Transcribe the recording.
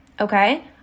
Okay